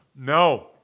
No